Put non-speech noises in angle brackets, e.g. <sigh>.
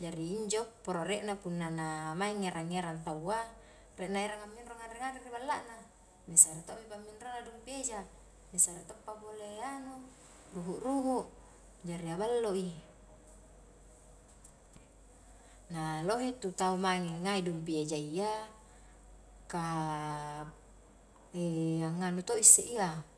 jari injo poro riekna punna na maeng ngerang ngerang tau a riek na erang minro nganre nganre ri balla na, ni sare to'mi pamminrona dumii eja, ni sare toppa pole <hesitation> anu ruhu-ruhu, jari aballo i, na lohe intu tau mange ngai i dumpi ejayya ka <hesitation> nganu to isse iya.